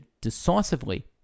decisively